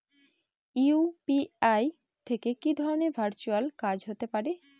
UPI থেকে কি ধরণের ভার্চুয়াল কাজ হতে পারে?